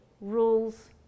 rules